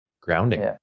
grounding